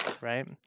right